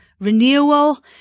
renewal